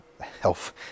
health